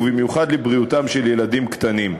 ובמיוחד לבריאותם של ילדים קטנים.